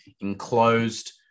enclosed